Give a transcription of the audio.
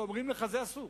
ואומרים לך: זה אסור.